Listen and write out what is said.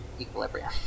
equilibrium